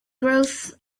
growth